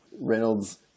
Reynolds